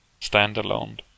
standalone